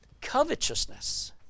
Covetousness